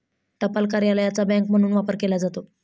टपाल कार्यालयाचा बँक म्हणून वापर केला जातो